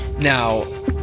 Now